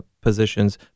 positions